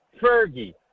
Fergie